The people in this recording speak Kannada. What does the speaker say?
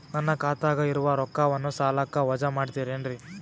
ನನ್ನ ಖಾತಗ ಇರುವ ರೊಕ್ಕವನ್ನು ಸಾಲಕ್ಕ ವಜಾ ಮಾಡ್ತಿರೆನ್ರಿ?